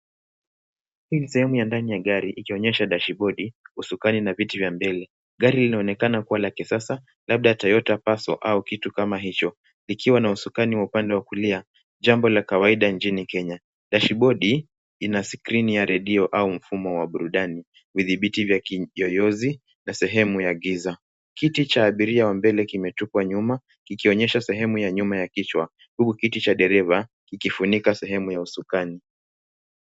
Hii ni sehemu ya ndani ya gari, ikionyesha dashibodi, usukani na viti vya mbele. Gari linaonekana kuwa la kisasa, labda [cs Toyota Passo au kitu kama hicho. Ikiwa na usukani upande wa kulia , jambo la kawaida inchini kenya. Dashibodi ina skrini ya redio au mfumo wa burudani, vithibiti vya kiyoyozi, na sehemu ya giza. Kiti cha abiria wa mbele , kimetupwa nyuma, kikionyeshwa sehemu ya nyuma ya kichwa, huku kiti cha dereva kikifunika sehemu ya usukani.